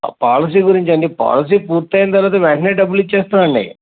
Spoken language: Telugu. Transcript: పాలసీ గురించి అండి పాలసీ పూర్తయిన తరువాత వెంటనే డబ్బులిచ్చేస్తామండీ